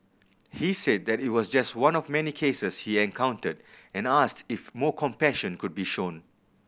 he said that it was just one of many cases he encountered and asked if more compassion could be shown